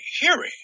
hearing